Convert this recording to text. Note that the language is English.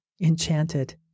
enchanted